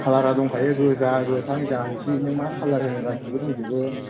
खालारा दंखायो गोजा गोथां जाथिनो मा कालार होनो गासिबो दंजोबो